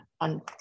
on